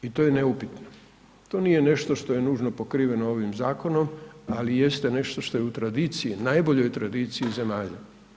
I to je neupitno, to nije nešto što je nužno pokriveno ovim zakonom, ali jeste nešto što je u tradiciji, najboljoj tradiciji zemalja.